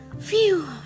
phew